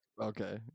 okay